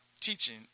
teaching